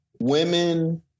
women